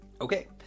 Okay